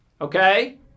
Okay